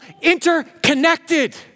interconnected